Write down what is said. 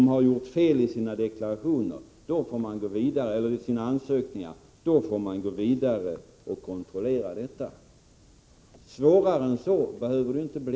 Hittar man en oacceptabelt stor del som har gjort fel i sina ansökningar, får man gå vidare och kontrollera det hela. — Svårare än så behöver det inte bli!